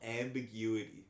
ambiguity